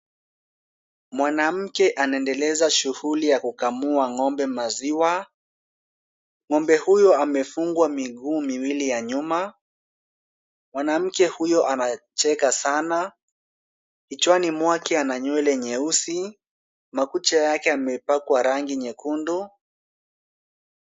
Mwanamke anaendeleza shughuli ya kukamua ng'ombe maziwa. Ng'ombe huyu amefungwa miguu miwili ya nyuma, mwanamke huyu anacheka sana. Kichwani mwake ana nywele nyeusi. Makucha yake yamepakwa rangi nyekundu.